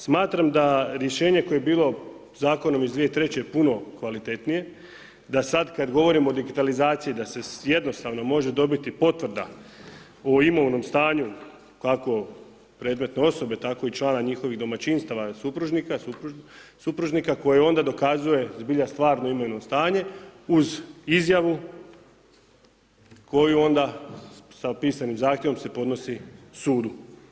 Smatram da rješenje koje je bilo zakonom iz 2003. je puno kvalitetnije, da sad kad govorimo o digitalizaciji da se jednostavno može dobiti potvrda o imovnom stanju kako predmetne osobe tako i člana njihovih domaćinstava, supružnika koji onda dokazuje zbilja stvarno imovno stanje uz izjavu koju onda sa pisanim zahtjevom se podnosi sudu.